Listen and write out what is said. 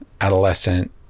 adolescent